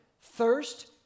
Thirst